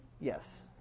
Yes